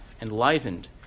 enlivened